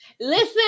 listen